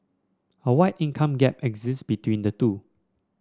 a wide income gap exist between the two